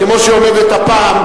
כמו שהיא עומדת הפעם,